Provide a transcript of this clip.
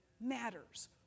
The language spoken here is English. matters